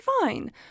fine